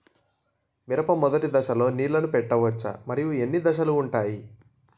మిరప మొదటి దశలో నీళ్ళని పెట్టవచ్చా? మరియు ఎన్ని దశలు ఉంటాయి?